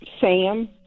Sam